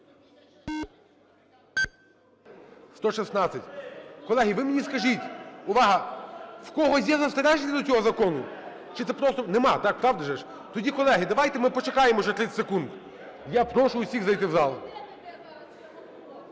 За-116 Колеги, ви мені скажіть – увага! – в когось є застереження до цього закону? Чи це просто… Нема. Так, правда ж? Тоді, колеги, давайте ми почекаємо вже 30 секунд. Я прошу всіх зайти в зал.